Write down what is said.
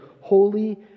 holy